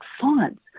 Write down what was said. fonts